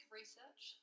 research